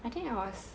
I think I was